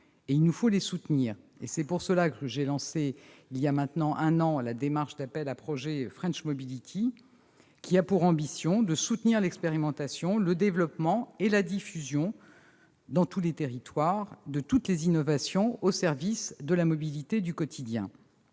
et il nous faut les soutenir. C'est pour cela que j'ai lancé voilà maintenant un an la démarche d'appel à projets French Mobility, qui a pour ambition de soutenir l'expérimentation, le développement et la diffusion dans tous les territoires de toutes les innovations au service de la mobilité du quotidien.